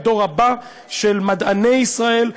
לדור הבא של מדעני ישראל.